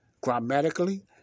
grammatically